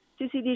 CCD